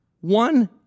one